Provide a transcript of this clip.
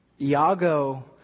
Iago